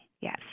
yes